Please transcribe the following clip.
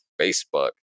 Facebook